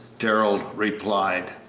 darrell replied.